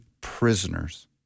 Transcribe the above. prisoners